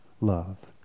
love